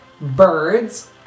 birds